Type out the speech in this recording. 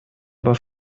aber